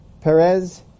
Perez